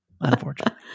Unfortunately